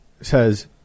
says